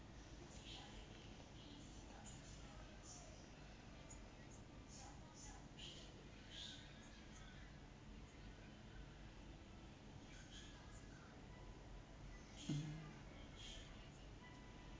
mm